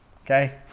okay